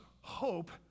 hope